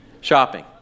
shopping